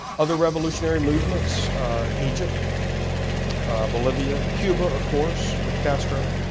other revolutionary movements egypt bolivia cuba, of course, with castro